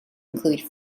include